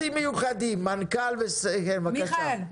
מיכאל,